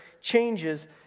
changes